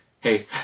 hey